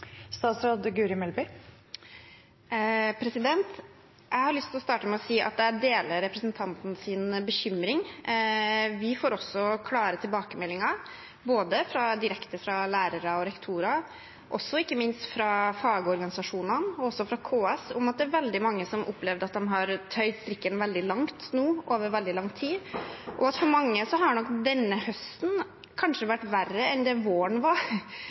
Jeg har lyst til å starte med å si at jeg deler representantens bekymring. Vi får også klare tilbakemeldinger både direkte fra lærere og rektorer og – ikke minst – fra fagorganisasjonene og fra KS om at det er veldig mange som har opplevd at de nå har tøyd strikken veldig langt over veldig lang tid. For mange har nok denne høsten kanskje vært verre enn det våren var,